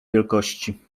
wielkości